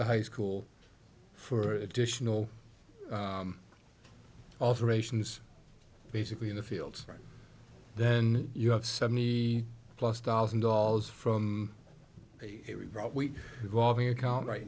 the high school for additional alterations basically in the fields right then you have seventy plus thousand dollars from a evolving account right